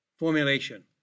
Formulation